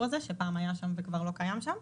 הזה שפעם היה קיים שם וכבר לא קיים שם.